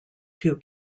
two